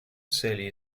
цели